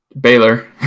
Baylor